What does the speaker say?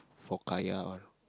for kaya all